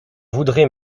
voudrez